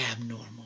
abnormal